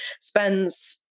spends